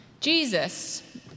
Jesus